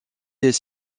est